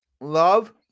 love